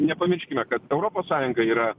nepamirškime kad europos sąjunga yra